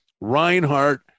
Reinhardt